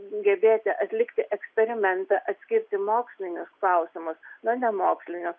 gebėti atlikti eksperimentą atskirti mokslinius klausimus nuo nemokslinio